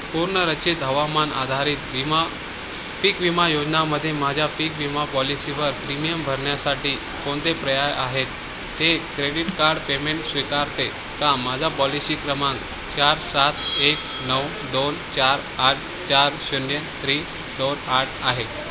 पुनर्रचित हवामान आधारित विमा पीक विमा योजनेमध्ये माझ्या पीक विमा पॉलिसीवर प्रीमियम भरण्यासाठी कोणते पर्याय आहेत ते क्रेडीट कार्ड पेमेंट स्वीकारते का माझा पॉलिसी क्रमांक चार सात एक नऊ दोन चार आठ चार शून्य त्री दोन आठ आहे